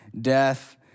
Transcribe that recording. Death